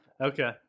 Okay